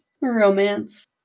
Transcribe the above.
Romance